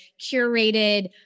curated